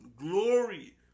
glory